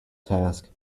task